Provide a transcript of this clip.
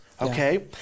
okay